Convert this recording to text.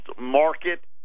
market